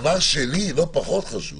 פחות חשוב